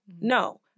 No